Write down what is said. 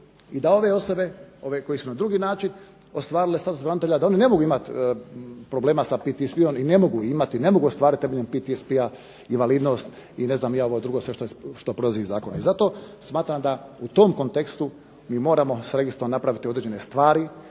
i da ove osobe, ove koje su na drugi način ostvarile status branitelja da one ne mogu imati problema sa PTSP-om i ne mogu imati, ne mogu ostvariti temeljem PTSP-a invalidnost i ne znam ni ja ovo drugo sve što proizlazi iz zakona. I zato smatram da u tom kontekstu mi moramo s registrom napraviti određene stvari,